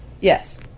Yes